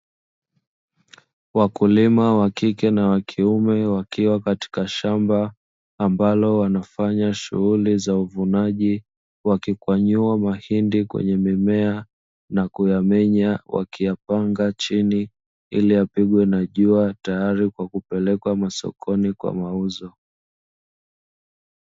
Wakulima wa kike na wa kuime wakiwa katika shamba, ambalo wamefanyia shughuli za uvunaji, wakikwanyua mahindi kwwnye mimea na wakiyamenya, wakiyapanga chini ili yapigwe na jua tayali kwaajili ya kupelekwa sokoni kwaajili ya mauzo.